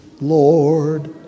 Lord